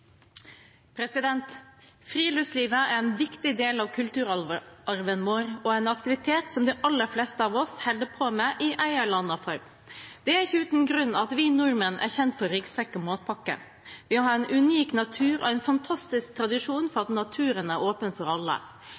en viktig del av kulturarven vår og en aktivitet som de aller fleste av oss holder på med i en eller annen form. Det er ikke uten grunn at vi nordmenn er kjent for ryggsekk og matpakke. Vi har en unik natur og en fantastisk tradisjon for at naturen er åpen for alle.